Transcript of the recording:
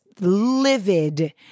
livid